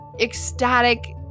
ecstatic